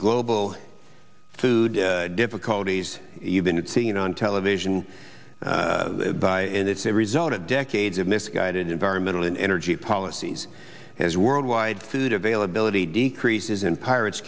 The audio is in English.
global food difficulties you've been seen on television and it's a result of decades of misguided environmental and energy policies has worldwide food availability decreases in pirates